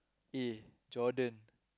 eh Jordan